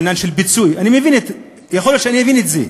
עניין של פיצוי, יכול להיות שאני אבין את זה.